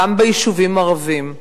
גם ביישובים ערביים.